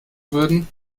würden